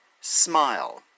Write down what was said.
Smile